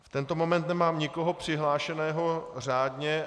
V tento moment nemám nikoho přihlášeného řádně.